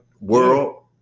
world